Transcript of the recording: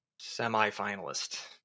semifinalist